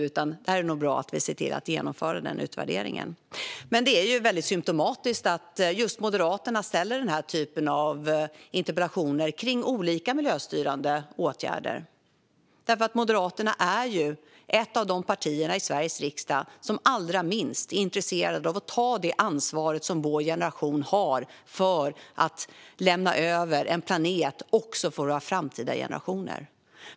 Det vore nog bra att vi först genomför utvärderingen. Det är symtomatiskt att just Moderaterna ställer interpellationer om olika miljöstyrande åtgärder. Moderaterna är ett av de partier i Sveriges riksdag som allra minst är intresserade av att ta det ansvar som vår generation har för att lämna över en planet också för framtida generationer.